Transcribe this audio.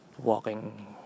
walking